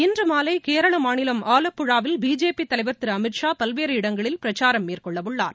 இன்று மாலை கேரள மாநிலம் ஆலப்புழாவில் பிஜேபி தலைவர் திரு அமித்ஷா பல்வேறு இடங்களில் பிரச்சாரம் மேற்கொள்ளவுள்ளார்